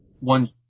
One